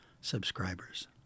subscribers